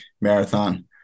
marathon